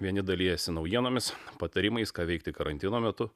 vieni dalijasi naujienomis patarimais ką veikti karantino metu